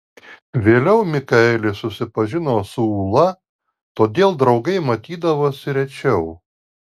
vėliau mikaelis susipažino su ūla todėl draugai matydavosi rečiau